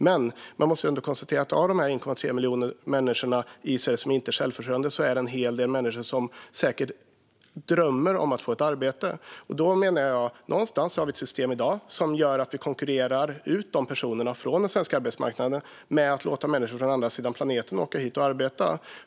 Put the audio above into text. Men man måste ändå konstatera att av de 1,3 miljoner människor i Sverige som inte är självförsörjande är det en hel del människor som säkert drömmer om att få ett arbete. Jag menar att vi har ett system i dag som gör att vi konkurrerar ut dessa personer från den svenska arbetsmarknaden genom att låta människor från andra sidan planeten åka hit och arbeta.